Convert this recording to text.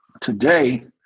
today